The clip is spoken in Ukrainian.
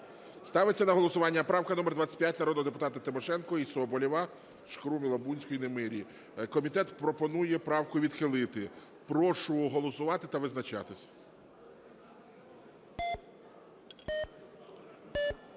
Ставиться на голосування правка номер 25 народного депутата Тимошенко і Соболєва, Шкрум, Лабунської, Немирі. Комітет пропонує правку відхилити. Прошу голосувати та визначатись.